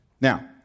Now